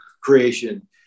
creation